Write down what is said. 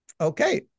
Okay